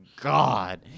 god